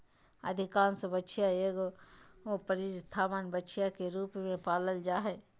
अधिकांश बछिया के एगो प्रतिस्थापन बछिया के रूप में पालल जा हइ